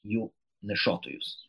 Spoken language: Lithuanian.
jų nešiotojus